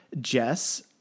Jess